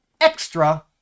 extra